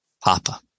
Papa